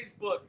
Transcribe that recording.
Facebook